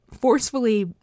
forcefully